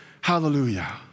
Hallelujah